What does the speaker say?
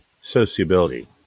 sociability